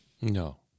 No